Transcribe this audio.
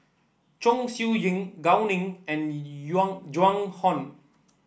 Chong Siew Ying Gao Ning and Joan Hon